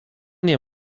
nie